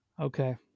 Okay